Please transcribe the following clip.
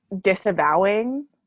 disavowing